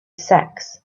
sex